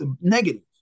negative